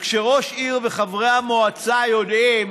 כשראש עיר וחברי המועצה יודעים